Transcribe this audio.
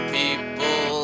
people